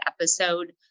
episode